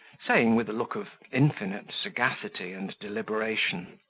saying, with a look of infinite sagacity and deliberation,